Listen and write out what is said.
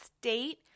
state